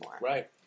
Right